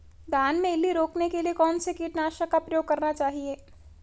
धान में इल्ली रोकने के लिए कौनसे कीटनाशक का प्रयोग करना चाहिए?